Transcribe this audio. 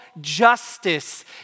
justice